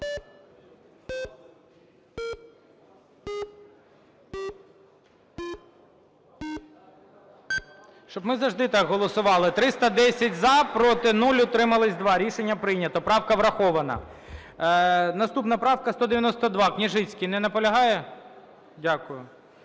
Щоб ми завжди так голосували: 310 – за, проти – 0, утримались – 2. Рішення прийнято, правка врахована. Наступна правка 192, Княжицький. Не наполягає? Дякую.